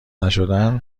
نشدن